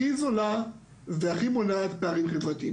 הכי זולה, והכי מונעת פערים חברתיים.